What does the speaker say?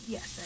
Yes